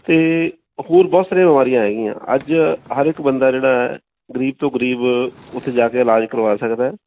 ਅਤੇ ਹੋਰ ਬਹੁਤ ਸਾਰੀਆਂ ਬਿਮਾਰੀਆਂ ਹੈਗੀਆਂ ਅੱਜ ਹਰ ਇੱਕ ਬੰਦਾ ਜਿਹੜਾ ਹੈ ਗਰੀਬ ਤੋਂ ਗਰੀਬ ਉੱਥੇ ਜਾ ਕੇ ਇਲਾਜ ਕਰਵਾ ਸਕਦਾ